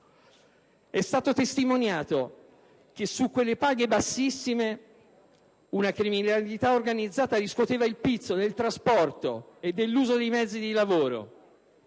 È stato testimoniato che su quelle paghe bassissime la criminalità organizzata riscuoteva il pizzo per il trasporto e l'uso dei mezzi di lavoro.